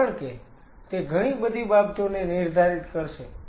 કારણ કે તે ઘણી બધી બાબતોને નિર્ધારિત કરશે